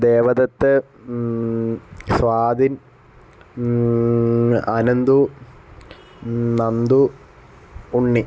Devadath Swathin Anandu Nandu Unni